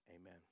amen